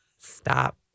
Stop